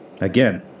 Again